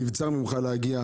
נבצר ממך להגיע.